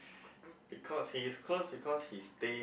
because he is close because he stay